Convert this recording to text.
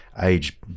age